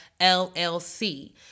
LLC